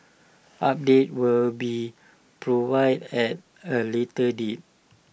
updates will be provided at A later date